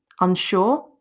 Unsure